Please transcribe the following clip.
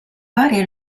varie